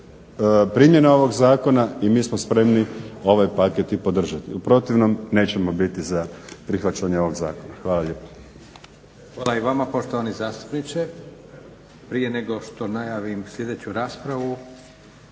primjene ovog zakona i mi smo spremni ovaj paket i podržati. U protivnom nećemo biti za prihvaćanje ovog zakona. Hvala lijepa.